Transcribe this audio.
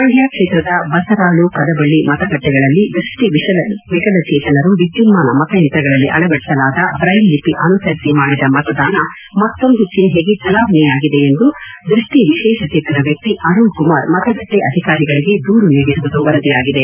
ಮಂಡ್ಯ ಕ್ಷೇತ್ರದ ಬಸರಾಳು ಕದಬಳ್ಳಿ ಮತಗಟ್ಟೆಗಳಲ್ಲಿ ದೃಷ್ಟಿ ವಿಶೇಷಚೇತನರು ವಿದ್ಯುನ್ಮಾನ ಮತಯಂತ್ರಗಳಲ್ಲಿ ಅಳವಡಿಸಲಾದ ಬ್ರೈಲ್ ಲಿಪಿ ಅನುಸರಿಸಿ ಮಾಡಿದ ಮತದಾನ ಮತ್ತೊಂದು ಚಿನ್ನೆಗೆ ಚಲಾವಣೆಯಾಗಿದೆ ಎಂದು ದೃಷ್ಟಿ ವಿಶೇಷಚೇತನ ವ್ಯಕ್ತಿ ಅರುಣ್ ಕುಮಾರ್ ಮತಗಟ್ಟೆ ಅಧಿಕಾರಿಗಳಿಗೆ ದೂರು ನೀಡಿರುವುದು ವರದಿಯಾಗಿದೆ